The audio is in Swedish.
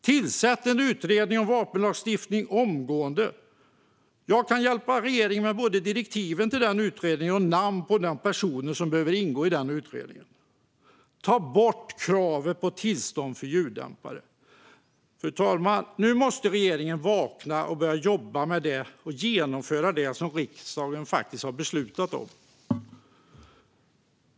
Tillsätt en utredning av vapenlagstiftningen omgående! Jag kan hjälpa regeringen med både direktiven till utredningen och namn på de personer som behöver ingå i den. Ta bort kravet på tillstånd för ljuddämpare! Fru talman! Nu måste regeringen vakna och börja jobba med och genomföra det som riksdagen har beslutat om.